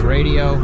Radio